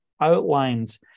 outlined